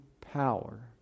power